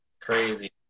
Crazy